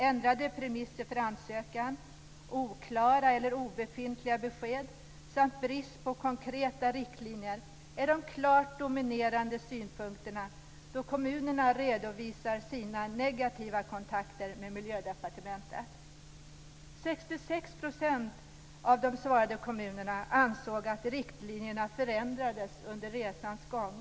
Ändrade premisser för ansökan, oklara eller obefintliga besked samt brist på konkreta riktlinjer är de klart dominerande synpunkterna då kommunerna redovisar sina negativa kontakter med Miljödepartementet. 66 % av de kommuner som svarat ansåg att riktlinjerna förändrades under resans gång.